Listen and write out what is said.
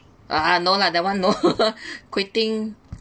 uh no lah that one no quitting